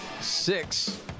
six